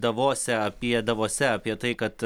davose apie davose apie tai kad